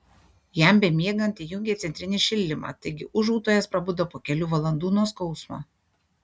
jam bemiegant įjungė centrinį šildymą taigi ūžautojas prabudo po kelių valandų nuo skausmo